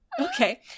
Okay